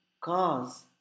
cause